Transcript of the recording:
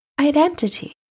identity